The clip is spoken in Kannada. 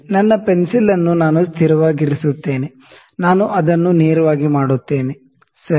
ನನ್ನ ಪೆನ್ಸಿಲ್ ಅನ್ನು ನಾನು ಸ್ಟೇಷನರಿ ಯಾಗಿರಿಸುತ್ತೇನೆ ನಾನು ಅದನ್ನು ನೇರವಾಗಿ ಮಾಡುತ್ತೇನೆ ಸರಿ